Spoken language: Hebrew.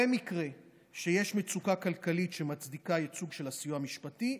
במקרה שיש מצוקה כלכלית שמצדיקה ייצוג של הסיוע המשפטי,